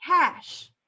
cash